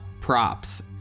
props